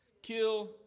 kill